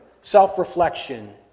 self-reflection